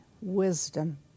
wisdom